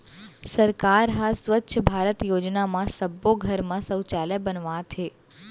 सरकार ह स्वच्छ भारत योजना म सब्बो घर म सउचालय बनवावत हे